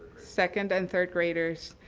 second and third graders,